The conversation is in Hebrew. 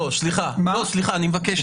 לא, סליחה, אני מבקש.